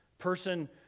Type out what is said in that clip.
person